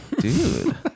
Dude